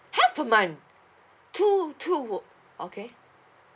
half of month two two okay